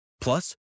Plus